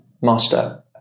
Master